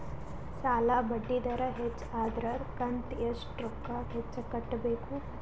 ಸಾಲಾ ಬಡ್ಡಿ ದರ ಹೆಚ್ಚ ಆದ್ರ ಕಂತ ಎಷ್ಟ ರೊಕ್ಕ ಹೆಚ್ಚ ಕಟ್ಟಬೇಕು?